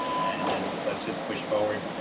and then let's just push forward.